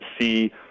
see